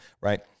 right